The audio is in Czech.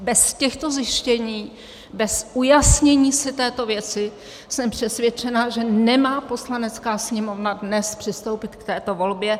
Bez těchto zjištění, bez ujasnění si této věci jsem přesvědčena, že nemá Poslanecká sněmovna dnes přistoupit k této volbě.